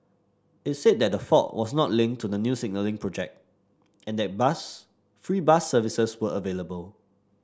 it said that the fault was not linked to the new signalling project and that bus free bus services were available